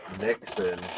Nixon